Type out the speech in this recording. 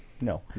No